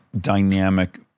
dynamic